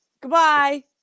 goodbye